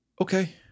Okay